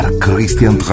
Christian